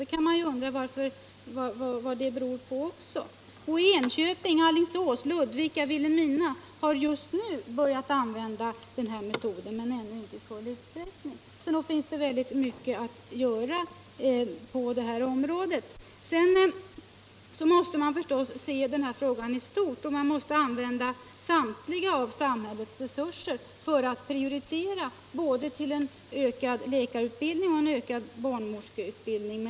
Då kan man väl undra vad det beror på att den inte förekommer. I Enköping, Alingsås, Ludvika och Vilhelmina har man just nu börjat använda denna metod men ännu inte i full utsträckning. Nog finns det väldigt mycket att göra på detta område. Sedan måste man naturligtvis se den här frågan i stort, och man måste använda samhällets samtliga resurser för att prioritera både en ökad läkarutbildning och en ökad barnmorskeutbildning.